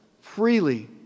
freely